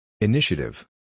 Initiative